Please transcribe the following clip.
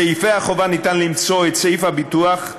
בסעיפי החובה ניתן למצוא את סעיף הביטוח,